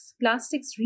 plastics